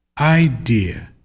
idea